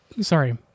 Sorry